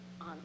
on